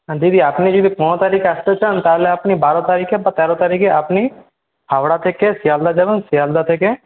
হ্যাঁ দিদি আপনারা যদি পনেরো তারিখ আসতে চান তাহলে আপনি বারো তারিখে বা তেরো তারিখে আপনি হাওড়া থেকে শিয়ালদাহ যাবেন শিয়ালদাহ থেকে